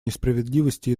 несправедливости